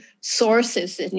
sources